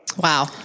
Wow